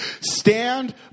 Stand